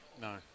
No